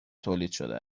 تولیدشده